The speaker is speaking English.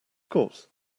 course